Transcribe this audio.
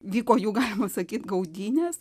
vyko jų galima sakyt gaudynės